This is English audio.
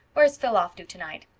where's phil off to tonight?